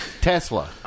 Tesla